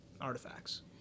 artifacts